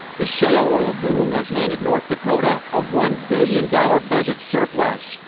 the shale oil boom has handed north dakota a one billion dollar budget surplus,